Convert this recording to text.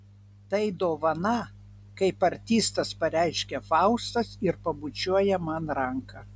tai dovana kaip artistas pareiškia faustas ir pabučiuoja man ranką